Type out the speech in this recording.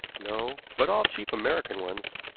no, but all cheap american ones.